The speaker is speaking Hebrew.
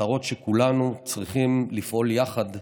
מטרות שכולנו צריכים לפעול יחד למענן.